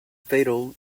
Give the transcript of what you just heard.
fatal